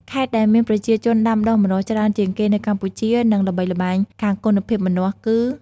ខេត្តដែលមានប្រជាជនដាំដុះម្នាស់ច្រើនជាងគេនៅកម្ពុជា និងល្បីល្បាញខាងគុណភាពម្នាស់ គឺ៖